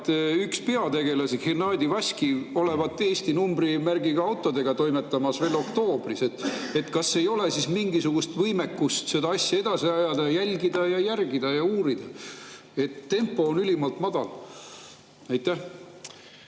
peategelasi, Hennadi Vaskiv, olevat Eesti numbrimärgiga autodega toimetanud veel oktoobris. Kas ei ole siis mingisugust võimekust seda asja edasi ajada, jälgida ja järele uurida? Tempo on ülimalt aeglane. Aitäh!